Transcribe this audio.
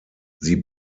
sie